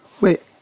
Wait